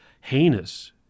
heinous